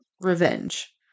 revenge